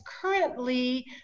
currently